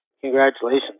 Congratulations